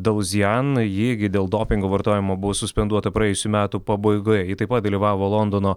daluzijan ji gi dėl dopingo vartojimo buvo suspenduota praėjusių metų pabaigoje ji taip pat dalyvavo londono